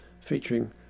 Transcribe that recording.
featuring